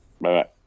Bye-bye